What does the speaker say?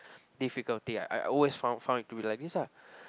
difficulty I I always found found it to be like this lah